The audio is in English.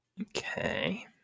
Okay